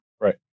Right